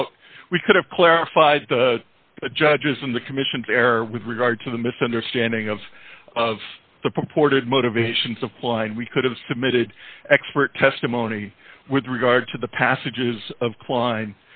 out we could have clarified the judges in the commission's error with regard to the misunderstanding of the purported motivation supply and we could have submitted expert testimony with regard to the passages of